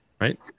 Right